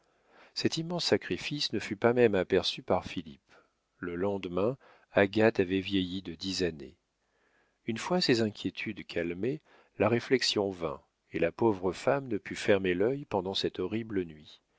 cet immense sacrifice ne fut pas même aperçu par philippe le lendemain agathe avait vieilli de dix années une fois ses inquiétudes calmées la réflexion vint et la pauvre femme ne put fermer l'œil pendant cette horrible nuit